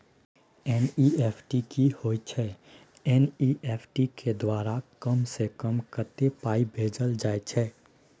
NEFT की होय छै एन.ई.एफ.टी के द्वारा कम से कम कत्ते पाई भेजल जाय छै?